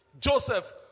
Joseph